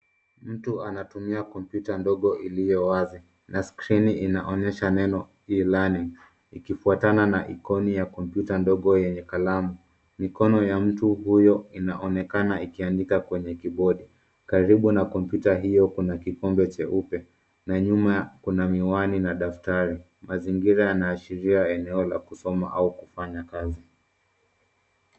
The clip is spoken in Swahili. Mtu anatumia kompyuta ndogo iliyo wazi na skrini inaonyesha neno E-learning , ikifuatana na ikoni ya kompyuta ndogo yenye kalamu. Mikono ya mtu huyo inaonekana ikiandika kwenye kibodi. Karibu na kompyuta hiyo kuna kikombe cheupe na nyuma kuna miwani na daftari. Mazingira yanaashiria eneo la kusoma au kufanya kazi.